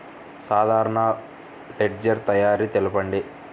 సాధారణ లెడ్జెర్ తయారి తెలుపండి?